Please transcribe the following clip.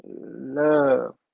love